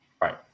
Right